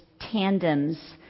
tandems